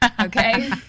Okay